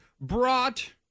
brought